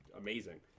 amazing